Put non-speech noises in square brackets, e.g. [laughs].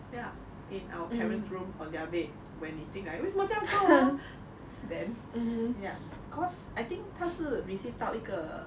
ya in our parents room on their bed when 你进来为什么这样臭啊 [laughs] then ya cause I think 他是 received 到一个